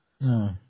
No